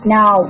Now